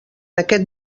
aquest